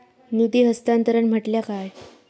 निधी हस्तांतरण म्हटल्या काय?